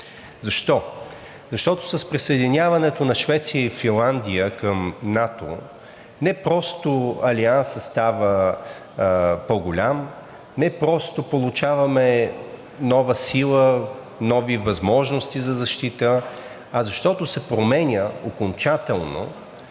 Защо? Защото с присъединяването на Швеция и Финландия към НАТО не просто Алиансът става по-голям, не просто получаваме нова сила и нови възможности за защита, а защото се променя окончателно